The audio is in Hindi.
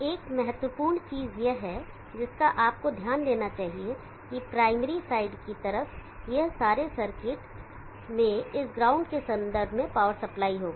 एक महत्वपूर्ण चीज यह है जिसका आपको ध्यान देना चाहिए कि प्राइमरी साइड की तरफ यह सारे सर्किट में इस ग्राउंड के संदर्भ में पावर सप्लाई होगी